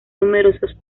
numerosos